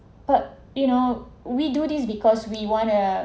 but you know we do this because we want to